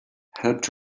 helped